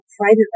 private